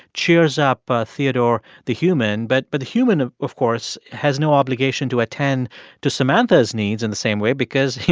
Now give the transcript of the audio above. cheers up ah theodore, the human, but but the human, of of course, has no obligation to attend to samantha's needs in the same way because, you